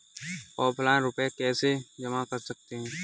Offline रुपये कैसे जमा कर सकते हैं?